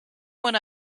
when